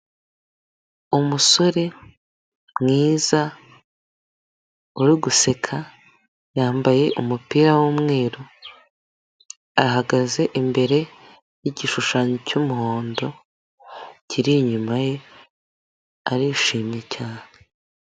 Umusore mwiza uri guseka yambaye umupira w'umweru, ahagaze imbere y'igishushanyo cy'umuhondo kiri inyuma ye arishimye cyane.